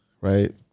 right